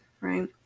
right